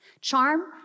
Charm